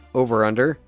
over-under